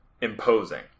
imposing